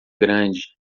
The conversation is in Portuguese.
grande